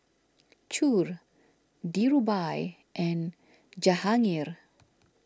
Choor Dhirubhai and Jahangir